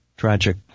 Tragic